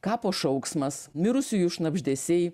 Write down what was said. kapo šauksmas mirusiųjų šnabždesiai